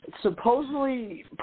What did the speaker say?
supposedly